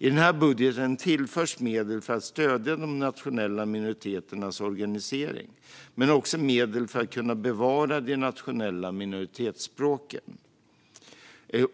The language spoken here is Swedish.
I budgeten tillförs medel för att stödja de nationella minoriteternas organisering men också medel för att kunna bevara de nationella minoritetsspråken